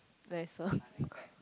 that is so